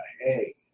Hey